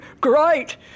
Great